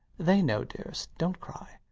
they know. dearest dont cry.